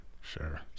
Sure